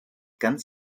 ganz